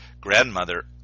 Grandmother